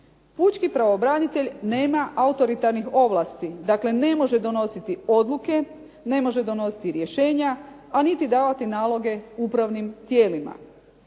pučki pravobranitelj nema autoritarnih ovlasti, dakle ne može donositi odluke, ne može donositi rješenja, a niti davati naloge upravnim tijelima.